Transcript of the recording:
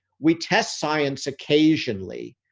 we test science, occasionally,